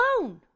alone